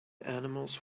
animals